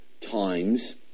times